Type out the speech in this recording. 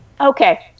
Okay